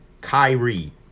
Kyrie